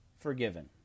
forgiven